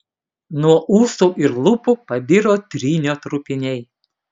nuo ūsų ir lūpų pabiro trynio trupiniai